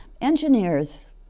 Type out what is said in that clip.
Engineers